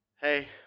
Hey